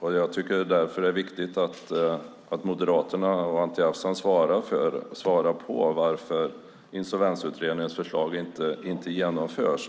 Mot den bakgrunden tycker jag att det är viktigt att Anti Avsan och Moderaterna ger ett svar på varför Insolvensutredningens förslag inte genomförs.